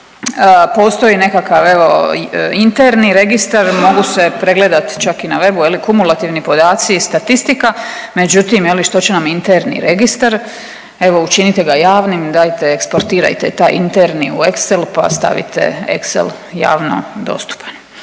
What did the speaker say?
Postoji nekakav evo interni registar, mogu se pregledati čak i na webu je li kumulativni podaci i statistika. Međutim, je li što će nam interni registar. Evo učinite ga javnim, dajte eksportirajte taj interni u Excel pa stavite Excel javno dostupan.